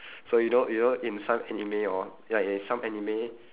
so you know you know in some anime hor ya in some anime